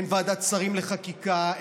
אין ועדת שרים לחקיקה,